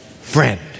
friend